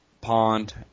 pond